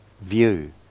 view